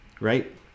right